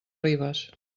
ribes